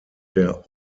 der